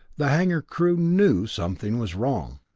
the hanger crew knew something was wrong.